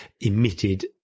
emitted